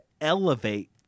elevate